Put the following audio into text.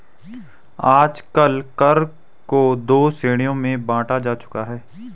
आजकल कर को दो श्रेणियों में बांटा जा चुका है